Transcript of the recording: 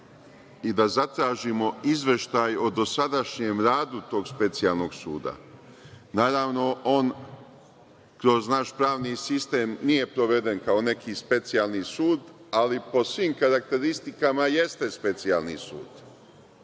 i da zatražimo izveštaj o dosadašnjem radu tog Specijalnog suda. Naravno, on kroz naš pravni sistem nije proveden kao neki specijalni sud, ali po svim karakteristikama jeste Specijalni sud,